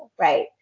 right